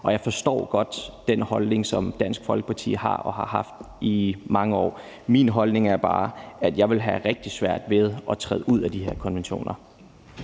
Jeg forstår godt den holdning, som Dansk Folkeparti har og har haft i mange år. Min holdning er bare, at jeg ville have rigtig svært ved at træde ud af de her konventioner.